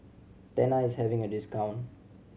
Tena is having a discount